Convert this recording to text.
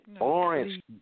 Orange